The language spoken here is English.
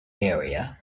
area